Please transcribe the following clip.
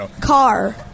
Car